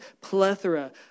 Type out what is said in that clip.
plethora